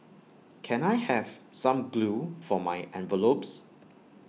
can I have some glue for my envelopes